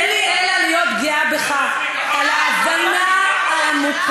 אין לי אלא להיות גאה בך על ההבנה העמוקה